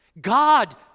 God